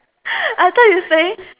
I thought you saying